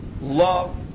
love